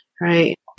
Right